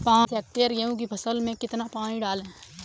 पाँच हेक्टेयर गेहूँ की फसल में कितना पानी डालें?